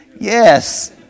Yes